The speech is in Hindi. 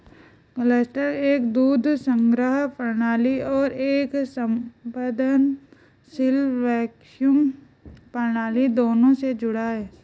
क्लस्टर एक दूध संग्रह प्रणाली और एक स्पंदनशील वैक्यूम प्रणाली दोनों से जुड़ा हुआ है